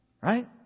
Right